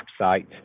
website